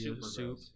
soup